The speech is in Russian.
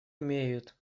имеют